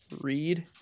read